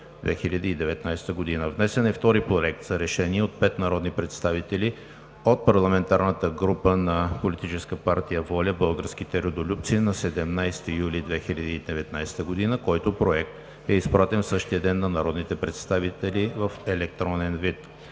2019 г. Внесен е втори проект за решение от 5 народни представители от парламентарната група на Политическа партия „ВОЛЯ – Българските Родолюбци“ на 17 юли 2019 г., който проект е изпратен в същия ден на народните представители в електронен вид.